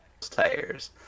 tires